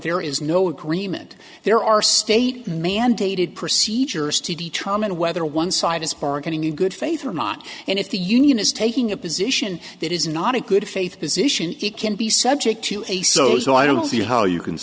there is no agreement there are state mandated procedures to determine whether one side is bargaining in good faith or not and if the union is taking a position that is not a good faith position it can be subject to a so so i don't see how you can